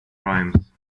crimes